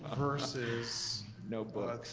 ah versus notebook.